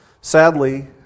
Sadly